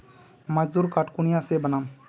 मजदूर कार्ड कुनियाँ से बनाम?